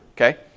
Okay